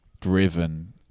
driven